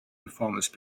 performance